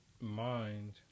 mind